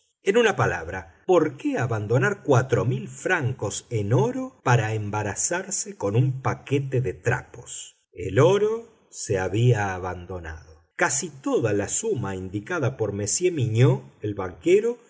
en una palabra por qué abandonar cuatro mil francos en oro para embarazarse con un paquete de trapos el oro se había abandonado casi toda la suma indicada por monsieur mignaud el banquero fué